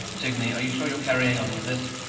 antigone, are you sure you're carrying on with this?